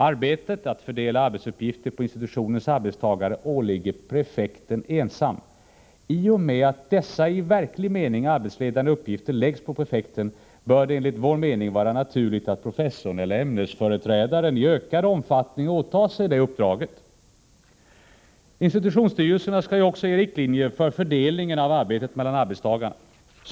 Arbetet att fördela arbetsuppgifter på institutionens arbetstagare åligger prefekten ensam. I och med att dessa i verklig mening arbetsledande uppgifter läggs på prefekten bör det enligt vår mening vara naturligt att professorn eller ämnesföreträdaren i ökad omfattning åtar sig detta uppdrag. Institutionsstyrelserna skall ju också ge riktlinjer för fördelningen av arbetet mellan arbetstagarna.